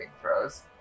throws